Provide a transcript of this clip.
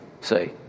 say